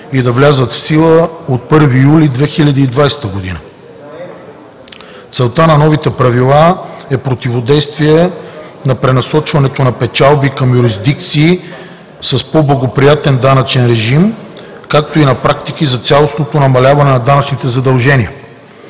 и да влязат в сила от 1 юли 2020 г. Целта на новите правила е противодействие на пренасочването на печалби към юрисдикции с по-благоприятен данъчен режим, както и на практиките за цялостно намаляване на данъчните задължения.